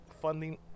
funding